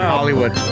Hollywood